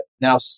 Now